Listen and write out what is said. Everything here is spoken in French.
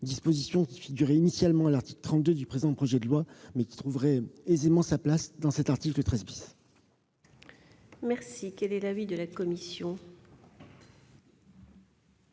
disposition qui figurait initialement à l'article 32 du présent projet de loi, mais qui trouverait aisément sa place dans cet article 13 . Quel est l'avis de la commission ?